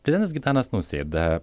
prezidentas gitanas nausėda